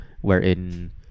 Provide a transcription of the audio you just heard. wherein